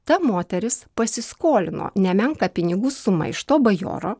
ta moteris pasiskolino nemenką pinigų sumą iš to bajoro